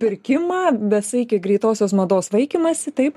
pirkimą besaikį greitosios mados vaikymąsi taip